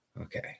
Okay